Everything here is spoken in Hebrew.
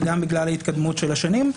וגם בגלל ההתקדמות של השנים.